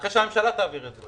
אחרי שהממשלה תעביר את זה,